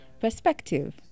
perspective